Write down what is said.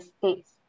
states